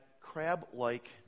crab-like